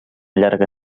llarga